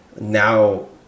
now